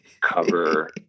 cover